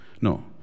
No